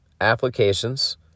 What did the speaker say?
applications